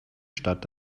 stadt